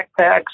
backpacks